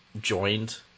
joined